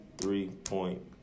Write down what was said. three-point